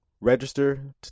register